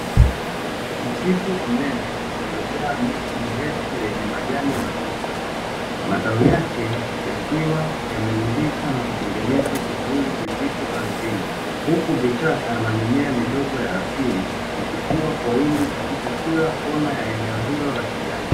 Msiti mnene uliojaa miti mirefu yenye majani mazito, matawi yake yakiwa yameumbika na kutengeneza kivuli kizito ardhini, huku vichaka na mimea midogo ya asili ikikua kwa wingi katika kila kona ya eneo hilo la kijani.